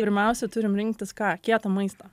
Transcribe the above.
pirmiausia turim rinktis ką kietą maistą